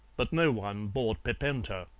but no one bought pipenta.